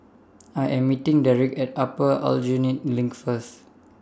I Am meeting Derik At Upper Aljunied LINK First